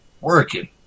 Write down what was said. working